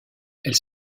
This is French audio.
elle